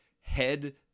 head-